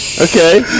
Okay